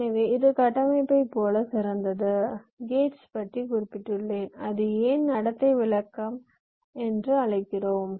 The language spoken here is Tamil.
எனவே இது கட்டமைப்பைப் போலவே சிறந்தது கேட்ஸ் பற்றி குறிப்பிட்டுள்ளேன் அதை ஏன் நடத்தை விளக்கம் என்று அழைக்கிறோம்